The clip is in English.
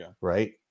right